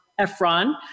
Efron